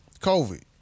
COVID